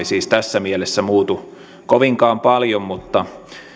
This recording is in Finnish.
siis tässä mielessä muutu kovinkaan paljon mutta